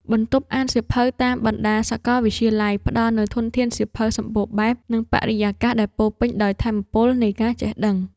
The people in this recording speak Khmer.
បន្ទប់អានសៀវភៅតាមបណ្ដាសាកលវិទ្យាល័យ ផ្ដល់នូវធនធានសៀវភៅសម្បូរបែប និងបរិយាកាសដែលពោរពេញដោយថាមពលនៃការចេះដឹង។